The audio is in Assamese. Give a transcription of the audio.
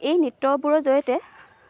এই নৃত্যবোৰৰ জৰিয়তে